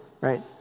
right